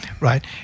Right